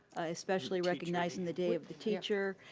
especially recognizing the day of the teacher,